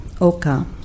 Oka